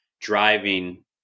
driving